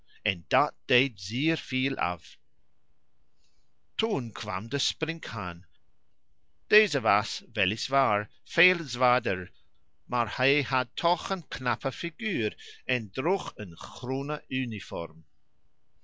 en dat deed zeer veel af toen kwam de sprinkhaan deze was wel is waar veel zwaarder maar hij had toch een knappe figuur en droeg een groene